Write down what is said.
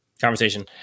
conversation